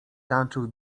tańczył